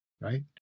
right